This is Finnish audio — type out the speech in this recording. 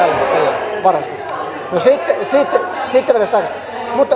no sitten vedän sen takaisin